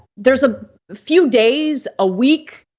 there's a few days, a week,